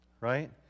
Right